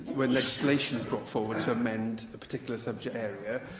when legislation is brought forward to amend a particular subject area,